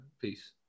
peace